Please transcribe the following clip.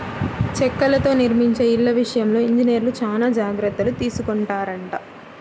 చెక్కలతో నిర్మించే ఇళ్ళ విషయంలో ఇంజనీర్లు చానా జాగర్తలు తీసుకొంటారంట